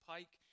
Pike